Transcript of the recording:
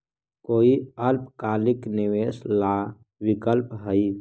कोई अल्पकालिक निवेश ला विकल्प हई?